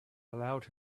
allowed